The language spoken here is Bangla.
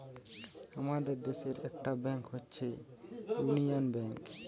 আমাদের দেশের একটা ব্যাংক হচ্ছে ইউনিয়ান ব্যাঙ্ক